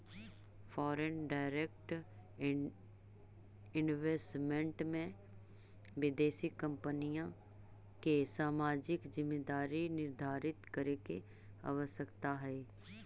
foreign direct investment में विदेशी कंपनिय के सामाजिक जिम्मेदारी निर्धारित करे के आवश्यकता हई